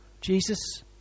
Jesus